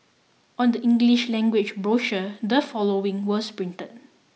on the English language brochure the following was printed